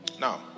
now